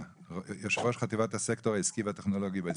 יושב-ראש חטיבת הסקטור העסקי והטכנולוגי בהסתדרות,